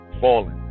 falling